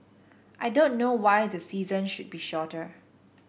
I don't know why the season should be shorter